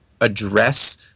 address